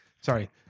Sorry